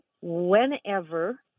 whenever